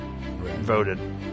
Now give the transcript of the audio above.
voted